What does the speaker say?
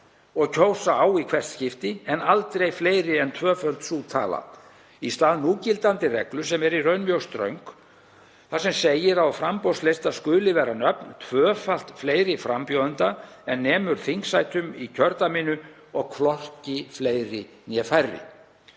og kjósa á í hvert skipti en aldrei fleiri en tvöföld sú tala, í stað núgildandi reglu, sem er í raun mjög ströng, þar sem segir að á framboðslista skuli vera nöfn tvöfalt fleiri frambjóðenda en nemur þingsætum í kjördæminu og hvorki fleiri né færri.